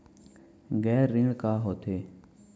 गैर ऋण का होथे?